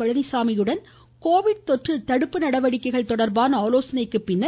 பழனிசாமியுடன் Covid தொற்று தடுப்பு நடவடிக்கைகள் தொடர்பான ஆலோசனைக்கு பின்